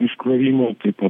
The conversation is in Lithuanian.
iškrovimo taip pat